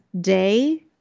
Day